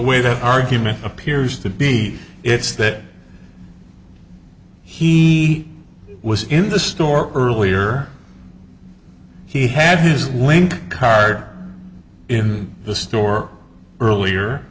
way the argument appears to be it's that he was in the store earlier he had his link card in the store earlier